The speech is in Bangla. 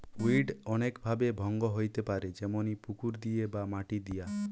উইড অনেক ভাবে ভঙ্গ হইতে পারে যেমনি পুকুর দিয়ে বা মাটি দিয়া